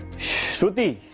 shruti.